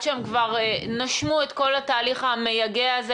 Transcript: עד שהם כבר נשמו את כל התהליך המייגע הזה,